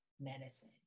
medicine